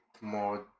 more